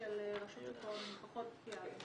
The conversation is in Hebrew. --- של רשות שוק ההון אני פחות בקיאה.